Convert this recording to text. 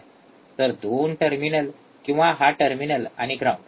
तर दोन टर्मिनल किंवा हा टर्मिनल आणि ग्राउंड